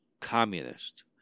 communist